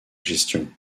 gestion